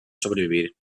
sobrevivir